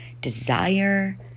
desire